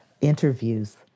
interviews